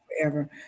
forever